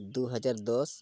ᱫᱩᱦᱟᱡᱟᱨ ᱫᱚᱥ